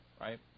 right